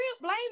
Blame